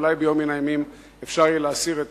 אולי ביום מן הימים יהיה אפשר להסיר את